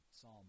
Psalm